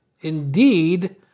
Indeed